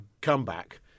comeback